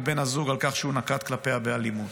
בן הזוג על כך שהוא נקט כלפיה באלימות,